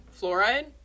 Fluoride